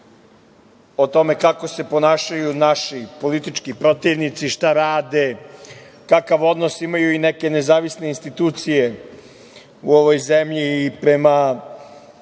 o tome kako se ponašaju naši politički protivnici, šta rade, kakav odnos imaju i neke nezavisne institucije u ovoj zemlji i